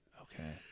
Okay